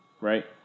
right